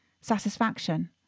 satisfaction